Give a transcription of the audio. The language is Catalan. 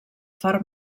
far